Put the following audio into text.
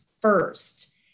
first